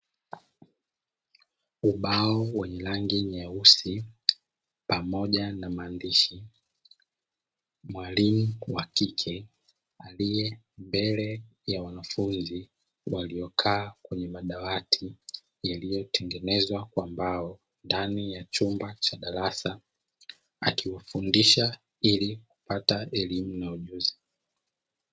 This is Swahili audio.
Ubao wenye rangi nyeusi pamoja na maandishi. Mwalimu kike aliye mbele ya wanafunzi waliokaa kwenye madawati yaliyotengenezwa kwa mbao ndani ya chumba cha darasa, akiwafundisha ili kupata elimu na ujuzi.